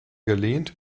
gelehnt